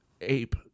ape